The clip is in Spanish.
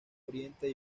oriente